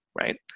Right